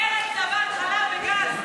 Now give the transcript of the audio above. ארץ זבת חלב וגז,